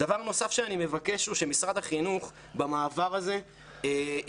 דבר נוסף שאני מבקש הוא שבמעבר הזה משרד החינוך